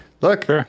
look